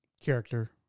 character